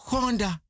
Honda